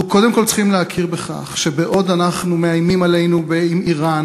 אנחנו קודם כול צריכים להכיר בכך שבעוד מאיימים עלינו באיראן,